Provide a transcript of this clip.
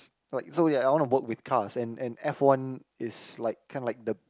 like so ya I want to work with cars and and f-one is like kinda like the